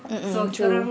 mm true